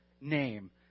name